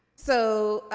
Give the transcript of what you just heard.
so